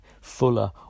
fuller